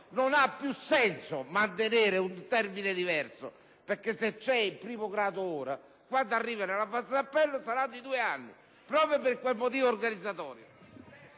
non ha più senso mantenere un termine diverso, perché se c'è il primo grado ora, quando si arriva nella fase di appello sarà di due anni, proprio per quel motivo organizzatorio.